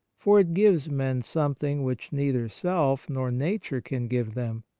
for it gives men something which neither self nor nature can give them.